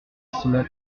cela